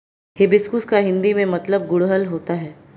hibiscus का हिंदी में मतलब गुड़हल होता है